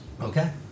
Okay